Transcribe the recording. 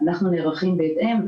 אנחנו נערכים בהתאם.